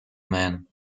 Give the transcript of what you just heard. man